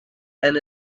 and